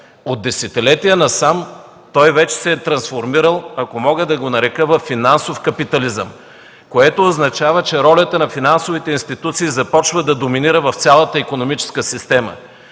От десетилетия насам той вече се е трансформирал, ако мога да го нарека, във финансов капитализъм, което означава, че ролята на финансовите институции започва да доминира в цялата икономическа система.